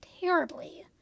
terribly